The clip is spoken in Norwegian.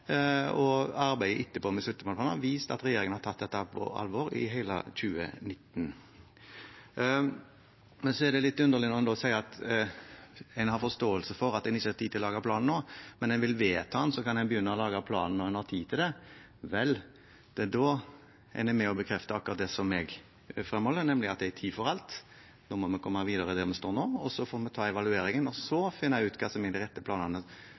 Arbeidet etterpå i forbindelse med smittevern har vist at regjeringen har tatt dette på alvor i hele 2019. Det er litt underlig når man sier at man har forståelse for at man ikke har tid til å lage planen nå, men man vil vedta den, så man kan begynne å lage planen når man har tid til det. Vel, det er da man er med på å bekrefte akkurat det jeg fremholder, nemlig at det er en tid for alt. Vi må komme videre der vi står nå, så får vi ta evalueringen og så finne ut hva som er de rette planene